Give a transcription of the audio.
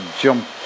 jump